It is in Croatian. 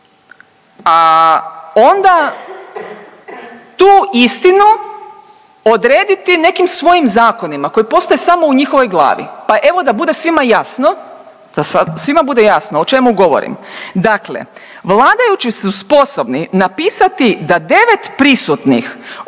a onda tu istinu odrediti nekim svojim zakonima koji postoje samo u njihovoj glavi pa, evo, da bude svima jasno, da svima bude jasno o čemu govorim, dakle, vladajući su sposobni napisati da 9 prisutnih